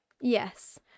Yes